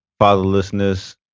fatherlessness